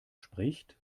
spricht